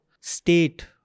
state